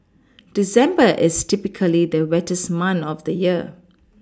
December is typically the wettest month of the year